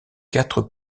quatre